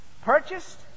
purchased